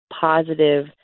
positive